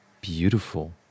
Beautiful